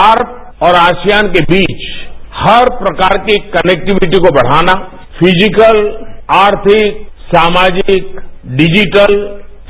भारत और आसियान के बीच हर प्रकार की कनेक्टिविटी को बढ़ाना फिजिकल आर्थिक सामाजिक डिजिटल